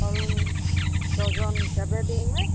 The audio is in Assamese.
কল ডজন হিচাপে দিয়েনে